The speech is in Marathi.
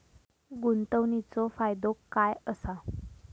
गुंतवणीचो फायदो काय असा?